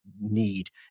need